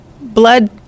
blood